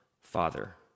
Father